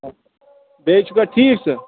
بیٚیہِ چھُکھا ٹھیٖک ژٕ